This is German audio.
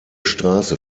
straße